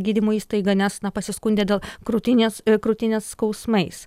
gydymo įstaigą nes na pasiskundė dėl krūtinės ir krūtinės skausmais